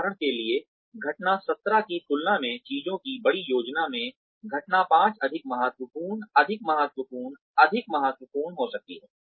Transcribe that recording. उदाहरण के लिए घटना 17 की तुलना में चीजों की बड़ी योजना में घटना पांच अधिक महत्वपूर्ण अधिक महत्वपूर्ण अधिक महत्वपूर्ण हो सकती है